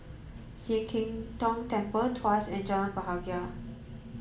Sian Keng Tong Temple Tuas and Jalan Bahagia